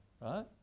right